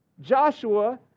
Joshua